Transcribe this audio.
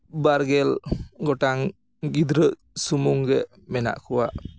ᱵᱟᱨᱜᱮᱞ ᱜᱚᱴᱟᱝ ᱜᱤᱫᱽᱨᱟᱹ ᱥᱩᱢᱩᱝᱜᱮ ᱢᱮᱱᱟᱜ ᱠᱚᱣᱟ